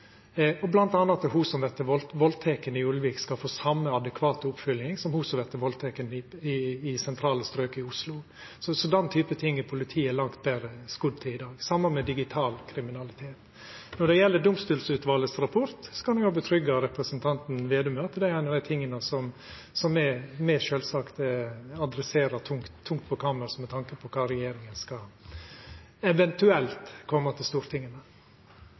at ho som vert valdteken i Ulvik, skal få same adekvate oppfølging som ho som vert valdteken i sentrale strøk i Oslo. Så den typen ting er politiet langt betre skodd for i dag. Det same gjeld digital kriminalitet. Når det gjeld rapporten frå domstolsutvalet, kan eg tryggja representanten Slagsvold Vedum med at det er ein av dei tinga som me sjølvsagt adresserer tungt på kammerset, med tanke på kva regjeringa eventuelt skal koma til Stortinget